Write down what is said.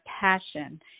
passion